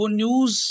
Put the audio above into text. news